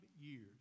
years